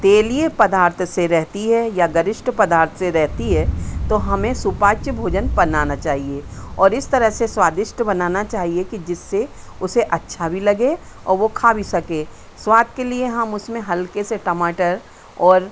तेलीय पदार्थ से रहती है या गरिष्ठ पदार्थ से रहती है तो हमें सुपाच्य भोजन बनाना चाहिए और इस तरह से स्वादिष्ट बनाना चाहिए कि जिससे उसे अच्छा भी लगे औ वो खा भी सके स्वाद के लिए हम उसमें हल्के से टमाटर और